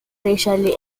racially